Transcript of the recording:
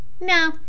No